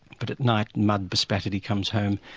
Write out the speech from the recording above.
but at night, mud bespattered, he comes home,